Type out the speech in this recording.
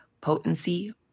potency